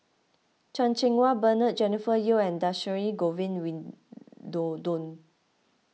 Chan Cheng Wah Bernard Jennifer Yeo and Dhershini Govin